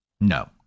No